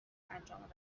انجام